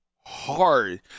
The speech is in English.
hard